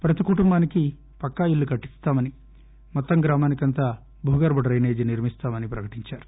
ప్రతి కుటుంబానికి పక్కా ఇల్లు కట్టిస్తామని మొత్తం గ్రామానికంతా భూగర్బ డ్లెనేజి నిర్కిస్తామని ప్రకటించారు